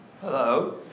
Hello